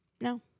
No